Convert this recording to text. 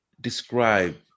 describe